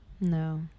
No